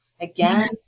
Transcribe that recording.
Again